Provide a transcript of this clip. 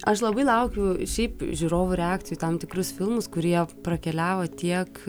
aš labai laukiu šiaip žiūrovų reakcijų į tam tikrus filmus kurie prakeliavo tiek